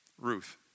Ruth